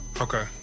Okay